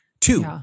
Two